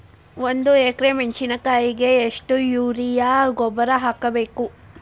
ಒಂದು ಎಕ್ರೆ ಮೆಣಸಿನಕಾಯಿಗೆ ಎಷ್ಟು ಯೂರಿಯಾ ಗೊಬ್ಬರ ಹಾಕ್ಬೇಕು?